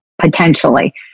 potentially